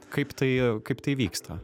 kaip tai kaip tai vyksta